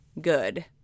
good